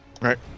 Right